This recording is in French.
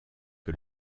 que